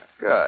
Good